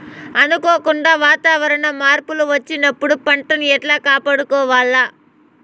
అనుకోకుండా వాతావరణ మార్పులు వచ్చినప్పుడు పంటను ఎట్లా కాపాడుకోవాల్ల?